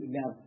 now